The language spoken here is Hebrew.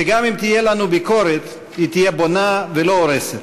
שגם אם תהיה לנו ביקורת, היא תהיה בונה ולא הורסת.